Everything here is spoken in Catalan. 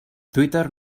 twitter